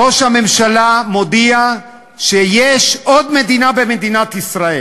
ראש הממשלה מודיע שיש עוד מדינה במדינת ישראל,